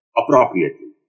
appropriately